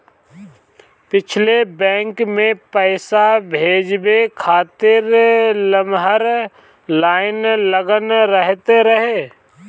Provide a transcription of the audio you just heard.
पहिले बैंक में पईसा भजावे खातिर लमहर लाइन लागल रहत रहे